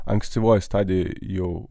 ankstyvoje stadijoje jau